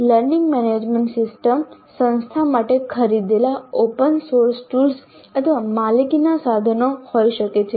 learning management systems સંસ્થા માટે ખરીદેલા ઓપન સોર્સ ટૂલ્સ અથવા માલિકીના સાધનો હોઈ શકે છે